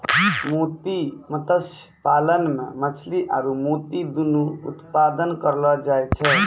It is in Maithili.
मोती मत्स्य पालन मे मछली आरु मोती दुनु उत्पादन करलो जाय छै